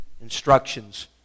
instructions